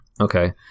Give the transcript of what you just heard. Okay